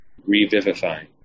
revivifying